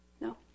No